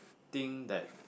thing that